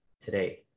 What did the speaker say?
today